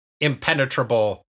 impenetrable